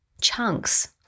chunks